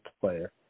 player